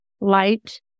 light